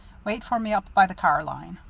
wait for me up by the car line.